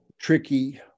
tricky